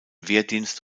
wehrdienst